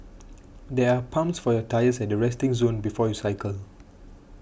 there are pumps for your tyres at the resting zone before you cycle